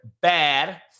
bad